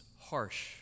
harsh